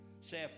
say